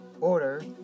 Order